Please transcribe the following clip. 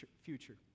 future